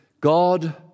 God